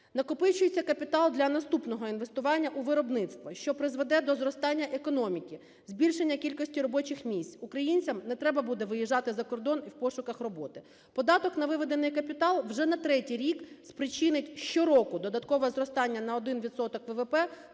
Накопичується капітал для наступного інвестування у виробництво, що призведе до зростання економіки, збільшення кількості робочих місць, українцям не треба буде виїжджати за кордон в пошуках роботи. Податок на виведений капітал вже на третій рік спричинить щороку додаткове зростання на 1